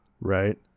Right